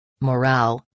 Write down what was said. morale